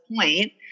point